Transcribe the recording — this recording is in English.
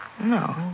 No